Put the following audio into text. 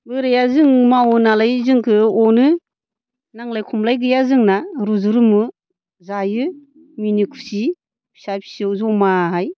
बोराया जों मावो नालाय जोंखौ अनो नांलाय खमलाय गैया जोंना रुजुरुमु जायो मिनि खुसि फिसा फिसौ ज'मायै